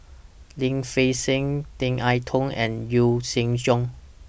Lim Fei Shen Tan I Tong and Yee Jenn Jong